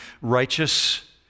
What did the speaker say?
righteous